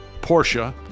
Porsche